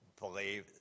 believe